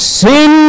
sin